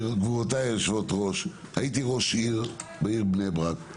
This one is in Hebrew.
גבירותי היושבות-ראש, הייתי ראש עיריית בני ברק.